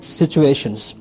situations